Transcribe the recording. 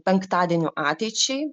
penktadienio ateičiai